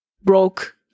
broke